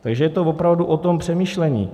Takže je to opravdu o tom přemýšlení.